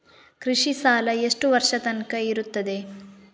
ಕೃಷಿ ಸಾಲ ಎಷ್ಟು ವರ್ಷ ತನಕ ಇರುತ್ತದೆ?